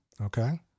Okay